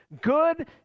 Good